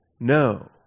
No